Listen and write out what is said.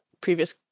previous